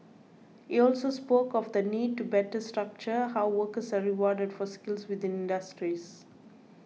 he also spoke of the need to better structure how workers are rewarded for skills within industries